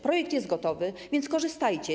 Projekt jest gotowy, więc korzystajcie.